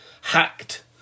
hacked